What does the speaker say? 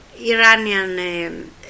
Iranian